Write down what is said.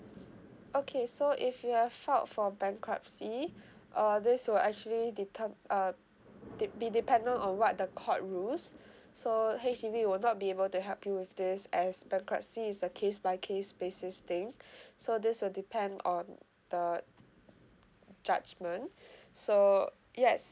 okay so if you are filed for bankruptcy uh this will actually deter~ uh it be dependent on what the court rules so H_D_B will not be able to help you with this as bankruptcy is the case by case basis things so this will depend on the judgement so yes